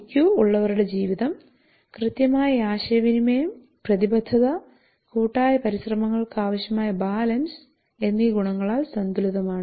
Q ഉള്ളവരുടെ ജീവിതം കൃത്യമായ ആശയവിനിമയം പ്രതിബദ്ധത കൂട്ടായ പരിശ്രമങ്ങൾക്ക് ആവശ്യമായ ബാലൻസ് എന്നീ ഗുണങ്ങളാൽ സന്തുലിതമാണ്